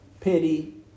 pity